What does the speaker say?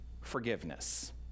forgiveness